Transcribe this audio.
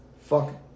Fuck